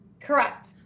Correct